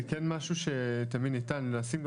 זה כן משהו שתמיד ניתן להשיג,